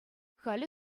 халӗ